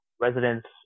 residents